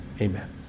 amen